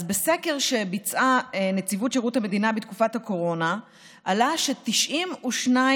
אז בסקר שביצעה נציבות שירות המדינה בתקופת הקורונה עלה ש-92%